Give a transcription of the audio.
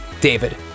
David